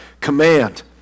command